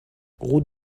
route